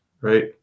right